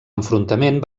enfrontament